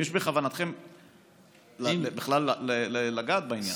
השאלה היא: האם יש בכוונתכם בכלל לגעת בעניין?